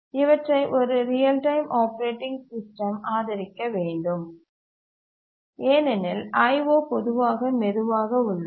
இவற்றை ஒரு real time operating system ஆதரிக்க வேண்டும் ஏனெனில் IO பொதுவாக மெதுவாக உள்ளது